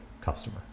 customer